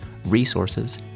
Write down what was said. resources